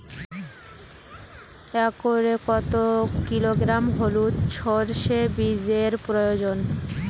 একরে কত কিলোগ্রাম হলুদ সরষে বীজের প্রয়োজন?